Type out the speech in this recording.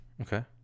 okay